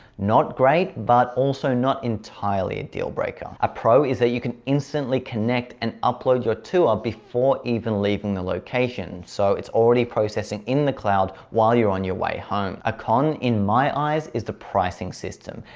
not great, but also not entirely a deal breaker. a pro is that you can instantly connect and upload your tour ah before even leaving the location. so it's already processing in the cloud, while you're on your way home. a con in my eyes is the pricing system.